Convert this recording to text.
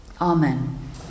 Amen